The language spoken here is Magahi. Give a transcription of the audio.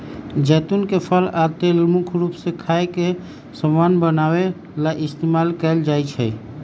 जैतुन के फल आ तेल मुख्य रूप से खाए के समान बनावे ला इस्तेमाल कएल जाई छई